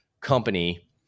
company